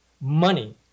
Money